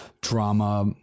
drama